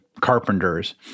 Carpenters